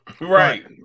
Right